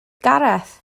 gareth